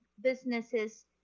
businesses